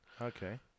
okay